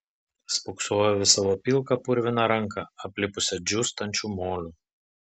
spoksojau į savo pilką purviną ranką aplipusią džiūstančių moliu